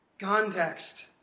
context